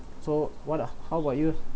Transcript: so what uh how about you